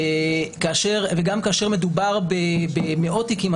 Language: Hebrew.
גם כאשר מדובר במאות תיקים,